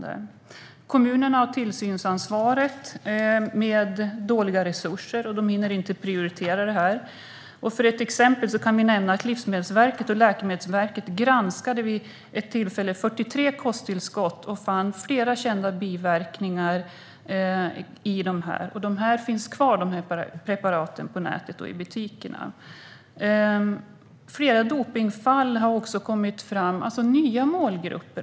Det är kommunerna som har tillsynsansvaret. De har dåliga resurser och hinner inte prioritera det här. Till exempel granskade Livsmedelsverket och Läkemedelsverket vid ett tillfälle 43 kosttillskott och fann flera kända biverkningar av dessa. De preparaten finns kvar på nätet och i butikerna. Flera dopningsfall har också kommit fram. Det handlar om nya målgrupper.